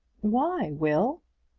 why, will?